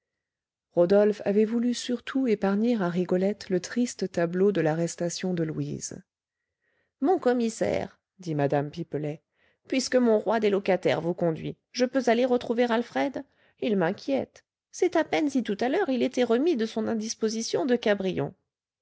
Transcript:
rodolphe avait voulu surtout épargner à rigolette le triste tableau de l'arrestation de louise mon commissaire dit mme pipelet puisque mon roi des locataires vous conduit je peux aller retrouver alfred il m'inquiète c'est à peine si tout à l'heure il était remis de son indisposition de cabrion